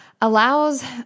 allows